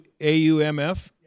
AUMF